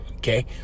Okay